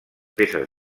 peces